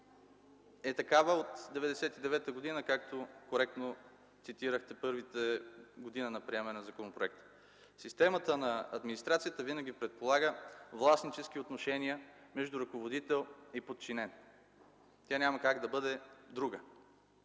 е такава от 1999 г., както коректно цитирахте първата година на приемането на законопроекта. Системата на администрацията винаги предполага властнически отношения между ръководител и подчинен. Тя няма как да бъде друга.